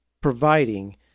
providing